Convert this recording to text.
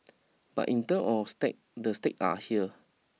but in terms of stake the stake are here